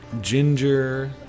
Ginger